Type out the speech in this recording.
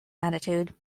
attitude